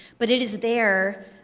but it is there,